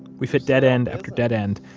we've hit dead end after dead end,